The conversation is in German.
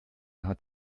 hat